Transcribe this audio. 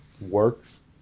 works